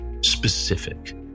specific